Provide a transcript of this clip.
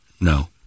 No